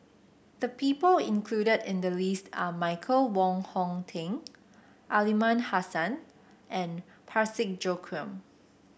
the people included in the list are Michael Wong Hong Teng Aliman Hassan and Parsick Joaquim